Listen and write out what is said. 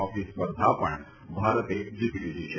hockey સ્પર્ધા પણ ભારતે જીતી લીધી હતી